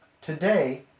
Today